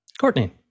Courtney